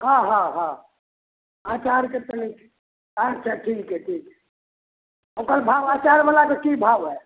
हँ हँ हँ अँचारके तऽ लैके छै अच्छा ठीक अइ ठीक अइ ओकर भाव अँचारवलाके कि भाव हइ